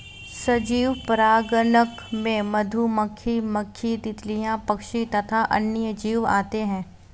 सजीव परागणक में मधुमक्खी, मक्खी, तितलियां, पक्षी तथा अन्य जीव आते हैं